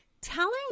telling